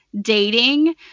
dating